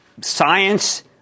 science